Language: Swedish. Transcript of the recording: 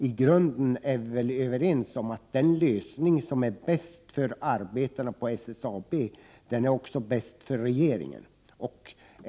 Vi är väl i grunden överens om att den lösning som är bäst för arbetarna på SSAB också är bäst för regeringen.